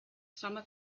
summa